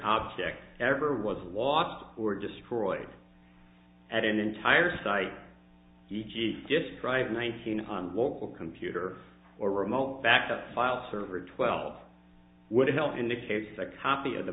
object ever was lost or destroyed at an entire site e g described nineteen on local computer or remote backup file server twelve would help indicates a copy of the